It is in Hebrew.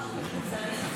רבה.